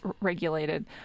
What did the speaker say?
regulated